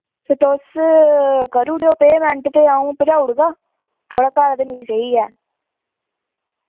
ते तुस करूड़ेओ पेमैंट ते आऊं भजाउड़गा थोआड़ा घर ते मिगी सेही ऐ